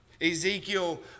Ezekiel